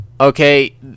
okay